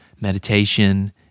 meditation